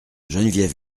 geneviève